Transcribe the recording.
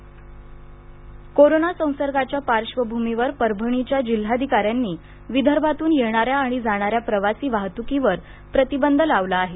प्रवासबंदी कोरोना संसर्गाच्या पार्श्वभूमीवर परभणीच्या जिल्हाधिकाऱ्यांनी विदर्भातून येणाऱ्या आणि जाणाऱ्या प्रवासी वाहतुकीवर प्रतिबंध लावला आहे